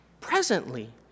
presently